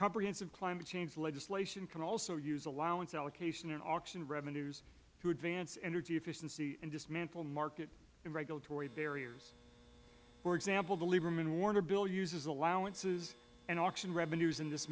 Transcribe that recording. comprehensive climate change legislation can also use allowance allocation and auction revenues to advance energy efficiency and dismantle market and regulatory barriers for example the lieberman warner bill uses allowances and auction revenues in this